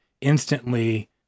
instantly